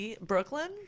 Brooklyn